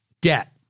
Debt